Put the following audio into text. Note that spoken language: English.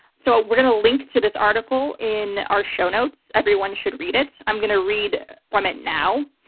so we're going to link to this article in our show notes, everyone should read it. i'm going to read from it now.